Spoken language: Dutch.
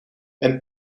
een